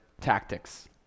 tactics